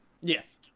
Yes